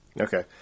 Okay